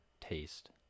taste